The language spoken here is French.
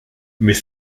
mais